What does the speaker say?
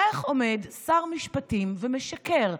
איך עומד שר משפטים ומשקר?